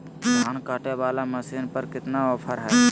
धान कटे बाला मसीन पर कितना ऑफर हाय?